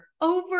over